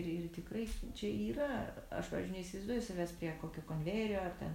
ir ir tikrai čia yra aš pavyzdžiui neįsivaizduoju savęs prie kokio konvejerio ar ten